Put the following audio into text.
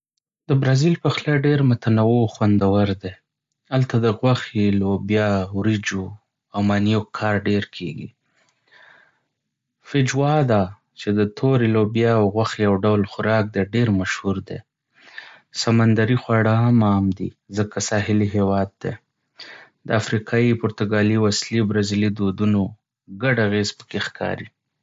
د برازیل پخلی ډېر متنوع او خوندور دی. هلته د غوښې، لوبیا، وریجو او مانیوک کار ډېر کېږي. "فیجوادا" چې د تورې لوبیا او غوښې یو ډول خوراک دی، ډېر مشهور دی. سمندري خواړه هم عام دي، ځکه ساحلي هېواد دی. د افریقایي، پرتګالي او اصلي برزیلي دودونو ګډ اغېز پکې ښکاري.